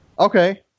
Okay